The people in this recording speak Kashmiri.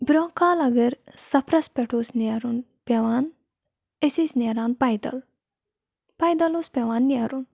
برونٛہہ کال اگر سَفرَس پٮ۪ٹھ اوس نیرُن پٮ۪وان أسۍ ٲسۍ نیران پیدَل پیدَل اوس پٮ۪وان نیرُن